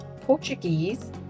Portuguese